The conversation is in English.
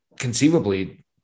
conceivably